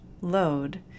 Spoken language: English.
load